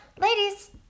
ladies